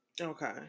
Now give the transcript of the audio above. Okay